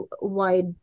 wide